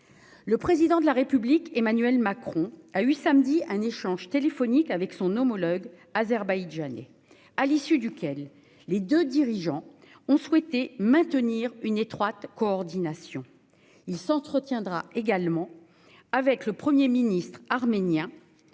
Le Président de la République a eu samedi dernier un échange téléphonique avec son homologue azerbaïdjanais, à l'issue duquel les deux dirigeants ont souhaité « maintenir une étroite coordination ». Il s'entretiendra également avec le premier ministre arménien